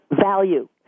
value